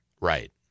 Right